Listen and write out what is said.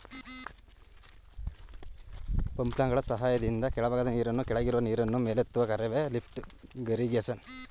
ಪಂಪ್ಗಳ ಸಹಾಯದಿಂದ ಕೆಳಭಾಗದ ನೀರನ್ನು ಕೆಳಗಿರುವ ನೀರನ್ನು ಮೇಲೆತ್ತುವ ಕಾರ್ಯವೆ ಲಿಫ್ಟ್ ಇರಿಗೇಶನ್